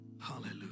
Hallelujah